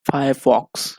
firefox